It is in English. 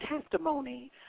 testimony